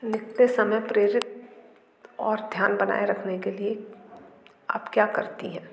लिखते समय प्रेरित और ध्यान बनाए रखने के लिए आप क्या करती हैं